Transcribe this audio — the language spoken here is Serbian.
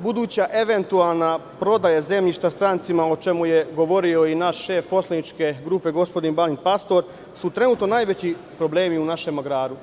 buduća eventualna prodaja zemljišta strancima, o čemu je govorio i naš šef poslaničke grupe, gospodin Balint Pastor, su trenutno najveći problemi u našem agraru.